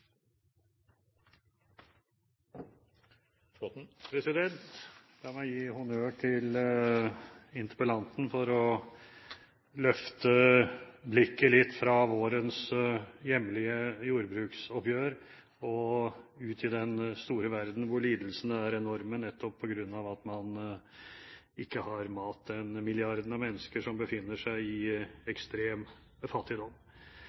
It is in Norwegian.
La meg gi honnør til interpellanten for å løfte blikket litt fra vårens hjemlige jordbruksoppgjør og ut i den store verden, hvor lidelsene er enorme, nettopp på grunn av at man ikke har mat til den milliarden av mennesker som befinner seg i ekstrem fattigdom.